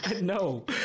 No